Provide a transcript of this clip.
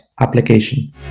application